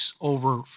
over